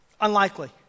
Unlikely